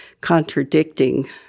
contradicting